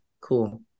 cool